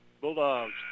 Bulldogs